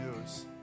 news